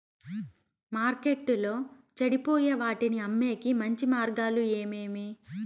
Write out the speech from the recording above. మార్కెట్టులో చెడిపోయే వాటిని అమ్మేకి మంచి మార్గాలు ఏమేమి